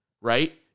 Right